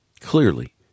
Clearly